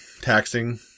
taxing